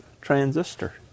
transistor